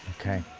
Okay